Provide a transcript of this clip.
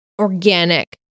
organic